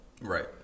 Right